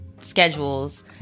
schedules